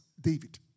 David